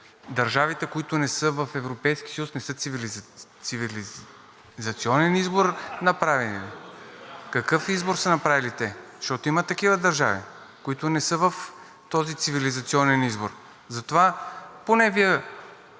държавите, които не са в Европейския съюз, не са направили цивилизационен избор ли? Какъв избор са направили те? Защото има такива държави, които не са в този цивилизационен избор. Затова поне Вие